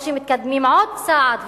או שמתקדמים עוד צעד ותוהים: